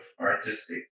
artistic